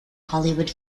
hollywood